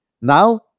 Now